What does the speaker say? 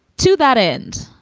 to that end,